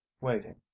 waiting